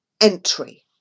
entry